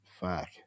Fuck